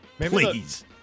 Please